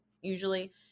usually